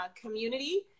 community